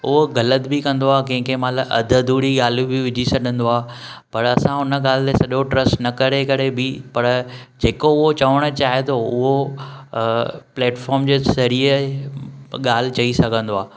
उहो ग़लति बि कंदो आहे कंहिं कंहिं माल्हि अधु अधूरी ॻाल्हियूं बि विझी छॾींदो आहे पर असां हुन ॻाल्हि ते सॼो ट्रस्ट न करे करे बि पर जेको उहो चवण चाहे थो उहो प्लैटफोर्म जे ज़रिए ॻाल्हि चई सघंदो आहे